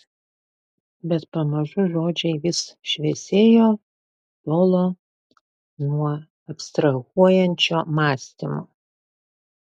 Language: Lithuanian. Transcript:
bet pamažu žodžiai vis šviesėjo tolo nuo abstrahuojančio mąstymo